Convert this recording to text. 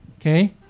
okay